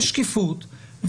בשקיפות.